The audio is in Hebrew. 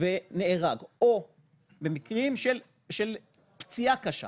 ונהרג או מקרה של פציעה קשה,